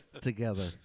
Together